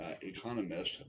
economists